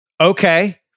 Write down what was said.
okay